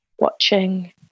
watching